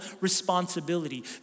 responsibility